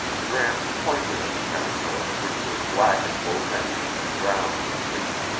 gramps pointed at the caterpillar, which was black at both ends and brown between.